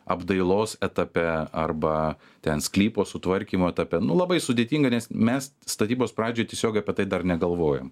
apdailos etape arba ten sklypo sutvarkymo etape nu labai sudėtinga nes mes statybos pradžioj tiesiog apie tai dar negalvojom